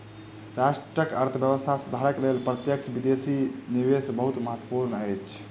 राष्ट्रक अर्थव्यवस्था सुधारक लेल प्रत्यक्ष विदेशी निवेश बहुत महत्वपूर्ण अछि